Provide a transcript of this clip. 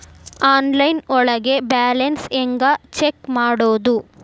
Online ಒಳಗೆ balance ಹ್ಯಾಂಗ check ಮಾಡೋದು?